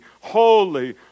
holy